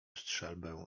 strzelbę